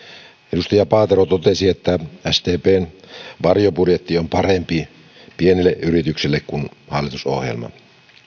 edustaja paatero totesi että sdpn varjobudjetti on pienille yrityksille parempi kuin hallitusohjelma